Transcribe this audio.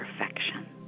perfection